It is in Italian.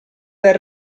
del